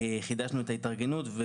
וחידשנו את ההתארגנות.